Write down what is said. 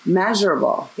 measurable